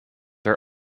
are